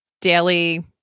daily